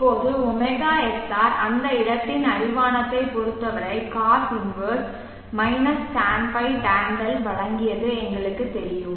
இப்போது ωsr அந்த இடத்தின் அடிவானத்தைப் பொறுத்தவரைCos 1 - tan ϕ tan 𝛿 வழங்கியது எங்களுக்குத் தெரியும்